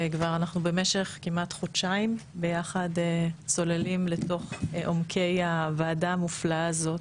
ואנחנו כבר במשך חודשיים ביחד צוללים לתוך עומקי הוועדה המופלאה הזאת,